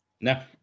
No